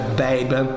baby